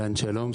שלום,